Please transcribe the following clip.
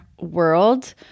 world